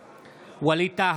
בעד ווליד טאהא,